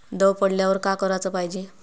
दव पडल्यावर का कराच पायजे?